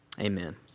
Amen